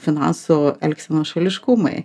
finansų elgsenos šališkumai